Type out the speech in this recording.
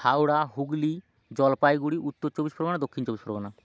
Howrah Hooghly Jalpaiguri Uttar Chabbish Pargana Dakshin Chabbish Pargana